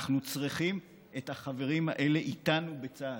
אנחנו צריכים את החברים האלה איתנו בצה"ל.